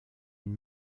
une